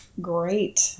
great